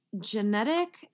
Genetic